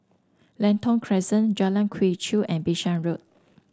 Lentor Crescent Jalan Quee Chew and Bishan Road